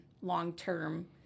long-term